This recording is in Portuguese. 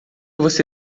você